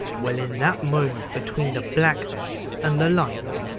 well, in that moment, between the blackness and the light